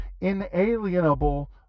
inalienable